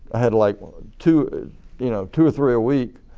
i had like two you know two or three a week